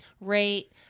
rate